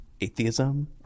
atheism